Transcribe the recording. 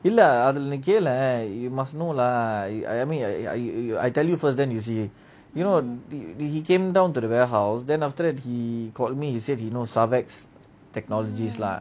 இல்ல அதுல நீ கேலன்:illa athula nee kealan you must know lah you I mean I you ah you you I tell you first then you see you know he came down to the warehouse then after that he called me he said he know starvex technologies lah